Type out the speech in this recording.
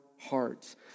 hearts